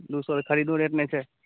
दू सए खरीदो रेट नहि छै